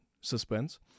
suspense